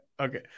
okay